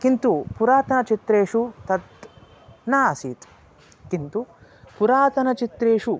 किन्तु पुरातनचित्रेषु तत् न आसीत् किन्तु पुरातनचित्रेषु